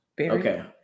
Okay